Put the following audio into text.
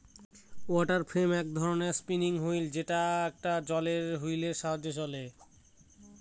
water frame এক ধরনের spinning wheel যেটা একটা জলের হুইলের সাহায্যে চলে